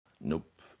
Nope